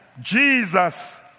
Jesus